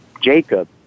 Jacob